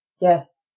Yes